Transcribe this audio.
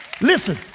Listen